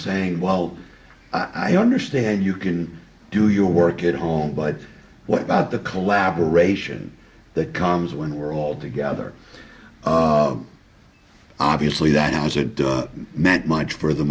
saying well i understand you can do your work at home but what about the collaboration that comes when we're all together obviously that wasn't meant much for the